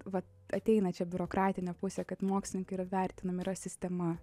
va ateina čia biurokratinė pusė kad mokslininkai yra vertinami yra sistema